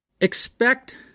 Expect